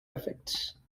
effects